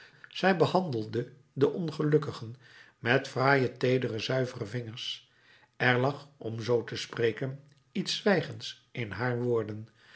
zij behandelde de ongelukkigen met fraaie teedere zuivere vingers er lag om zoo te spreken iets zwijgends in haar woorden